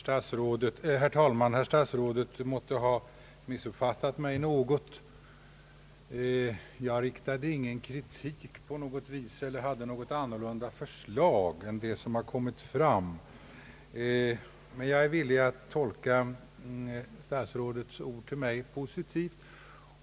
Herr talman! Herr statsrådet måtte ha missuppfattat mig i någon mån. Jag riktade ingen kritik utan ställde mig frågande inför ett och annat, men jag är villig att tolka statsrådets ord till mig positivt.